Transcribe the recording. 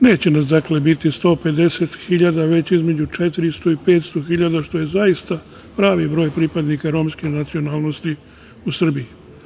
Neće nas biti 150 hiljada, već između 400 i 500 hiljada, što je pravi broj pripadnika romske nacionalnosti u Srbiji.